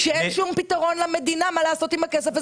כשאין שום פתרון למדינה מה לעשות עם הכסף הזה,